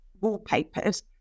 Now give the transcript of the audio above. wallpapers